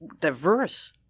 diverse